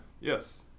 yes